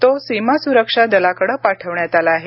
तो सीमा सुरक्षा दलाकडे पाठवण्यात आला आहे